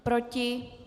Proti?